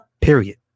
Period